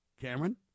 Cameron